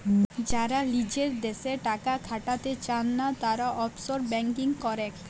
যারা লিজের দ্যাশে টাকা খাটাতে চায়না, তারা অফশোর ব্যাঙ্কিং করেক